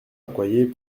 accoyer